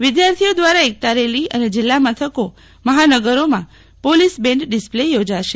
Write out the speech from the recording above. વિદ્યાર્થીઓ દ્વારા એકતા રેલી અને જિલ્લા મથકો મહાનગરોમાં પોલીસ બેન્ડ ડિસ્પ્લે યોજાશે